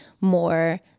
more